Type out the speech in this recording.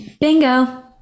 Bingo